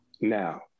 Now